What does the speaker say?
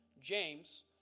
James